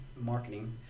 marketing